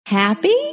happy